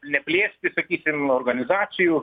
neplėsti sakysim organizacijų